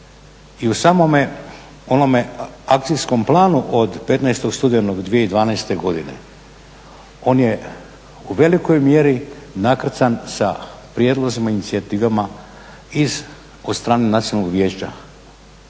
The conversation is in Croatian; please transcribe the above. i u samome onome akcijskom planu od 15. studenog 2012. godine on je u velikoj mjeri nakrcan sa prijedlozima i inicijativama od strane nacionalnog vijeća